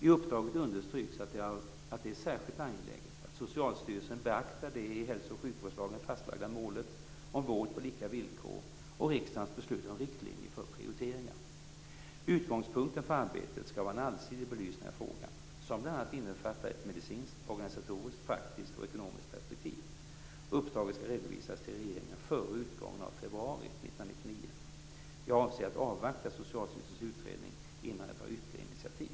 I uppdraget understryks att det är särskilt angeläget att Socialstyrelsen beaktar det i hälso och sjukvårdslagen fastlagda målet om vård på lika villkor och riksdagens beslut om riktlinjer för prioriteringar. Utgångspunkten för arbetet skall vara en allsidig belysning av frågan, som bl.a. innefattar ett medicinskt, organisatoriskt, praktiskt och ekonomiskt perspektiv. Uppdraget skall redovisas till regeringen före utgången av februari 1999. Jag avser att avvakta Socialstyrelsens utredning innan jag tar några ytterligare initiativ.